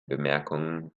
bemerkungen